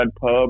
pub